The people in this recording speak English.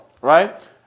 right